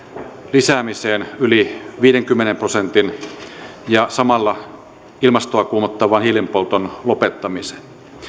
lisäämiseen yli viidenkymmenen prosentin ja samalla ilmastoa kuumottavan hiilenpolton lopettamiseen